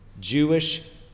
Jewish